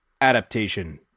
Adaptation